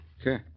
Okay